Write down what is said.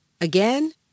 Again